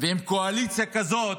עם קואליציה כזאת,